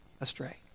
astray